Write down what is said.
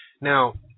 Now